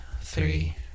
three